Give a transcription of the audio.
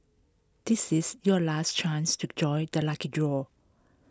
this is your last chance to join the lucky draw